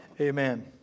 Amen